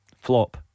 flop